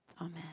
Amen